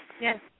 Yes